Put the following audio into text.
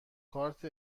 کارت